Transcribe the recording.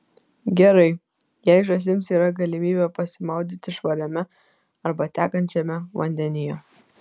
gerai jei žąsims yra galimybė pasimaudyti švariame arba tekančiame vandenyje